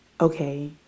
okay